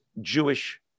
Jewish